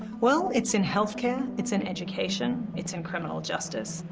well, it's in healthcare, it's in education, it's in criminal justice,